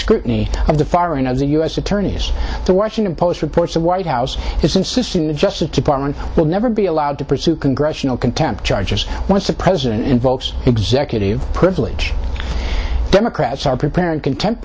the firing of the u s attorneys the washington post reports the white house is insisting the justice department will never be allowed to pursue congressional contempt charges once the president invokes executive privilege democrats are preparing contempt